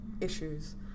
issues